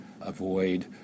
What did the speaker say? avoid